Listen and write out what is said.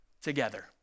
together